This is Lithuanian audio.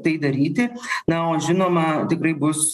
tai daryti na o žinoma tikrai bus